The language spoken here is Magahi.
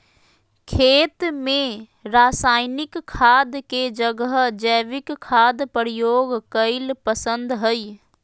खेत में रासायनिक खाद के जगह जैविक खाद प्रयोग कईल पसंद हई